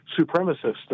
supremacists